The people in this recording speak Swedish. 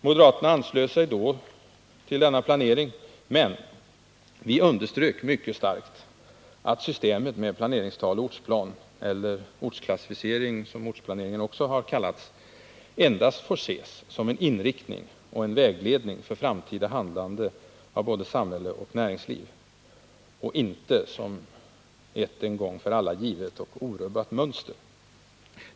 Moderaterna anslöt sig då till denna planering, men vi underströk mycket starkt att systemet med planeringstal och ortsplan, eller ortsklassificering, som ortsplaneringen också kallats, endast får ses som en inriktning och en vägledning för framtida handlande av både samhälle och näringsliv — men inte som ett en gång för alla givet och orubbat mönster.